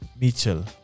Mitchell